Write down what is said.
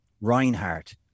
Reinhardt